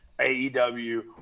AEW